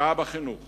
ההשקעה בחינוך